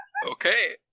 Okay